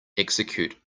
execute